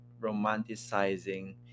romanticizing